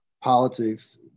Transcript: politics